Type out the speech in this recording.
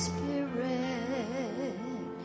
Spirit